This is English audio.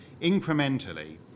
incrementally